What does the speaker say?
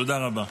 תודה רבה.